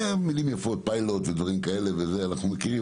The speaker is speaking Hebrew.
מילים יפות, פיילוט ודברים כאלה שאנחנו מכירים.